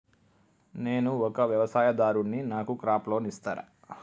నేను ఒక వ్యవసాయదారుడిని నాకు క్రాప్ లోన్ ఇస్తారా?